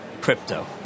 Crypto